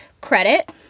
credit